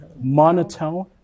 monotone